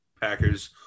Packers